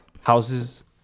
Houses